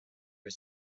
his